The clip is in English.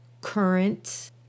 current